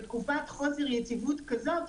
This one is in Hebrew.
בתקופת חוסר יציבות כזאת,